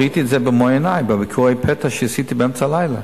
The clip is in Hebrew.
ראיתי את זה במו-עיני בביקורי פתע שעשיתי באמצע הלילה.